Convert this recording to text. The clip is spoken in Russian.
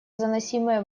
заносимое